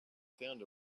found